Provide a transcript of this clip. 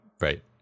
right